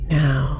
now